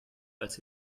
als